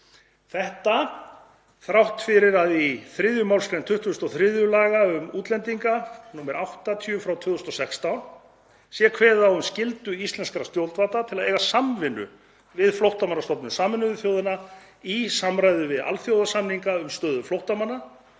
þetta, þrátt fyrir að í 3. mgr. 23. gr. laga um útlendinga, nr. 80/2016, sé kveðið á um skyldu íslenskra stjórnvalda til að eiga samvinnu við Flóttamannastofnun Sameinuðu þjóðanna í samræmi við alþjóðasamninga um stöðu flóttamanna,